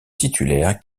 titulaire